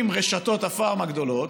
עם רשתות הפארם הגדולות,